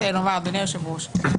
אדוני היושב-ראש,